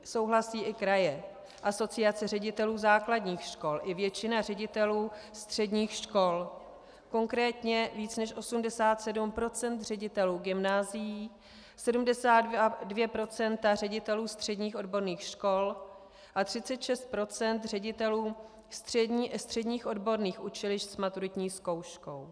Souhlasí i kraje, Asociace ředitelů základních škol i většina ředitelů středních škol, konkrétně víc než 87 % ředitelů gymnázií, 72 % ředitelů středních odborných škol a 36 % ředitelů středních odborných učilišť s maturitní zkouškou.